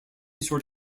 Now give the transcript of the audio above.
sort